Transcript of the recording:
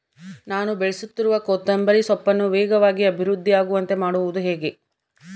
ನಾನು ಬೆಳೆಸುತ್ತಿರುವ ಕೊತ್ತಂಬರಿ ಸೊಪ್ಪನ್ನು ವೇಗವಾಗಿ ಅಭಿವೃದ್ಧಿ ಆಗುವಂತೆ ಮಾಡುವುದು ಹೇಗೆ?